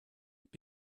ich